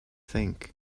think